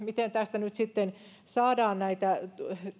miten tästä nyt sitten saadaan näitä